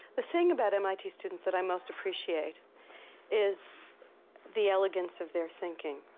the thing about mit students that i most appreciate is the elegance of their thinking,